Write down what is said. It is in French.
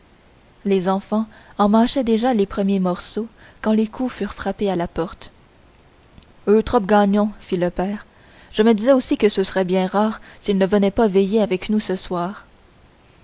les enfants en mâchaient déjà les premiers morceaux quand des coups furent frappés à la porte eutrope gagnon fit le père je me disais aussi que ce serait bien rare s'il ne venait pas veiller avec nous ce soir